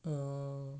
mm